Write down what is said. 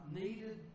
needed